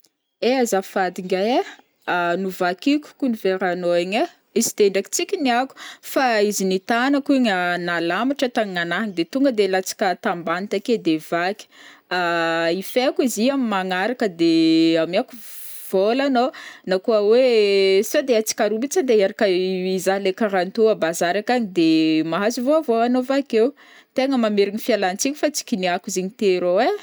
Ai azafady ngiahy ai, novakiko koun veranao ign aii, izy té ndraiky tsy kiniako fa izy nitanako ign nalamatra tagnagnanahy de tonga de latsaka tambany také de vaky, ifaiko izy io am magnaraka de amiako vola anao n'a koa hoe saode atsika roa mihitsy andeha hiaraka hizaha leha karaha an'tô à bazary akagny de mahazo vaovao anao avakeo, tegna mamerigny fianlantsigny fa tsy kiniako izigny teo rw ai.